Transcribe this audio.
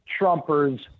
Trumpers